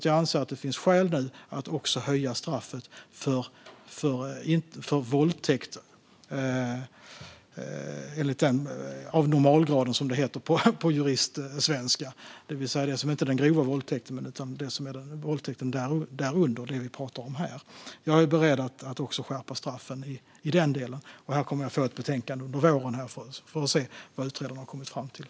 Jag anser att det finns skäl att också höja straffet för våldtäkt av normalgraden, som det heter på juristsvenska, det vill säga det som inte är den grova våldtäkten utan våldtäkten där under och den som vi pratar om här. Jag är beredd att också skärpa straffen i den delen. Jag kommer att få ett betänkande under våren, och så får vi se vad utredaren har kommit fram till.